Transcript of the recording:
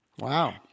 Wow